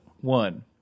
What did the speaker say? One